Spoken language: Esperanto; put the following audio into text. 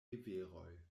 riveroj